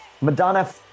Madonna